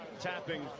tapping